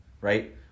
right